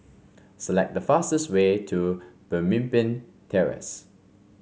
select the fastest way to Pemimpin Terrace